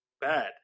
bad